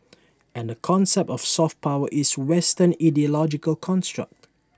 and the concept of soft power is western ideological construct